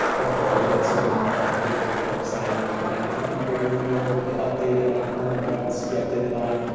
like what some of the other people here are saying, like connect to people in your field, be updated on current events, be updated on